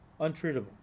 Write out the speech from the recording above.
Untreatable